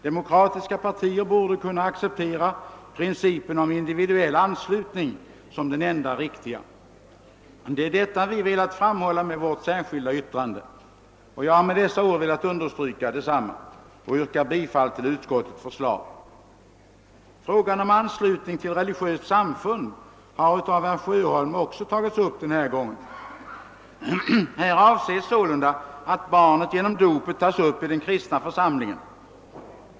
Demokratiska partier borde kunna acceptera principen om individuell anslutning som den enda riktiga. Det är detta vi velat framhålla med vårt särskilda yttrande. Jag har med dessa ord velat understryka detsamma och ber att få yrka bifall till utskottets förslag. Frågan om anslutning till religiöst samfund har också detta år aktualiserats av herr Sjöholm. Det förhållande som avses är att barnet genom dopet tages upp i den kristna församlingen.